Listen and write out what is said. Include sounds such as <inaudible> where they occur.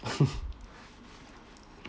<laughs>